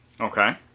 Okay